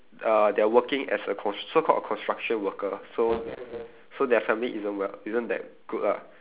uh they're working as a cons~ so called a construction worker so so their family isn't well isn't that good lah